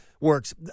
works